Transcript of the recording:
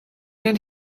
and